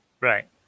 right